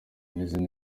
n’izindi